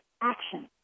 action